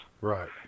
Right